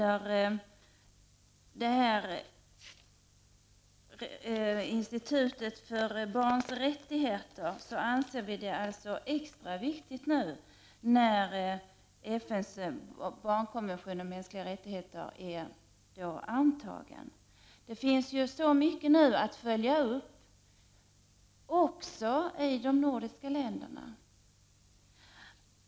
Ett institut för barns rättigheter anser vi är extra viktigt nu, när FN:s barnkonvention om mänskliga rättigheter är antagen. Det finns mycket att följa upp också i de nordiska länderna.